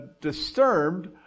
disturbed